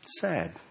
sad